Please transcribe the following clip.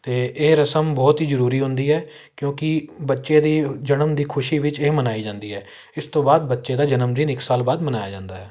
ਅਤੇ ਇਹ ਰਸਮ ਬਹੁਤ ਹੀ ਜ਼ਰੂਰੀ ਹੁੰਦੀ ਹੈ ਕਿਉਂਕਿ ਬੱਚੇ ਦੀ ਜਨਮ ਦੀ ਖੁਸ਼ੀ ਵਿੱਚ ਇਹ ਮਨਾਈ ਜਾਂਦੀ ਹੈ ਇਸ ਤੋਂ ਬਾਅਦ ਬੱਚੇ ਦਾ ਜਨਮ ਦਿਨ ਇੱਕ ਸਾਲ ਬਾਅਦ ਮਨਾਇਆ ਜਾਂਦਾ ਹੈ